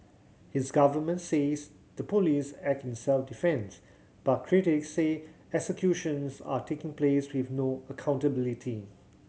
his government says the police act in self defence but critics say executions are taking place with no accountability